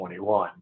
2021